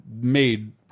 made